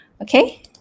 okay